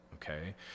okay